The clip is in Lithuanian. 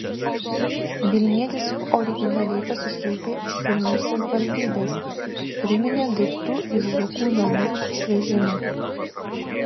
vilnietis originaliai pasišaipė iš vilniaus savivaldybės priminė daiktų iš zuokų namų išvežimą